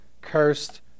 cursed